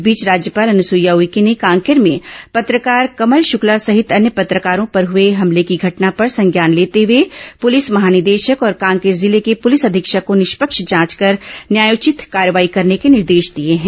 इस बीच राज्यपाल अनुसुईया उइके ने कांकेर भें पत्रकार कमल शुक्ला सहित अन्य पत्रकारों पर हुए हमले की घटना पर संज्ञान लेते हुए पुलिस महानिदेशक और कांकेर जिले के पुलिस अधीक्षक को निष्पक्ष जांच कर न्यायोचित कार्रवाई करने के निर्देश दिए हैं